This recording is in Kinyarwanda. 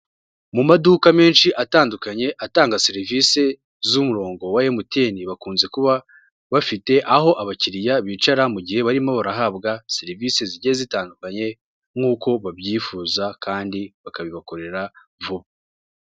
Mu maduka menshi atandukanye atanga serivise z'umurongo wa MTN bakunze kuba bafite aho abakiriya bicara mu gihe barimo barahabwa serivise zijya zitandukanye nk'uko babyifuza kandi bakabibakorera vuba.